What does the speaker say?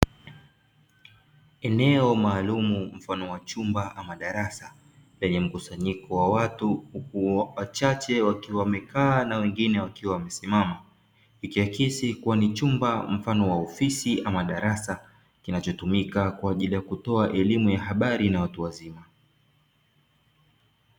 Eneo maalumu mfano wa chumba ama darasa lenye mkusanyiko wa watu wachache wakiwa wamekaa na wengine wakiwa wamesimama ikiakisi kuwa ni chumba mfano wa ofisi ama darasa kinachotumika kwa ajili ya kutoa elimu ya habari na watu wazima.